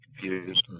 confused